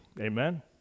Amen